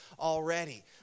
already